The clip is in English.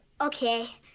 Okay